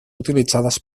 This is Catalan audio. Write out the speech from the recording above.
utilitzades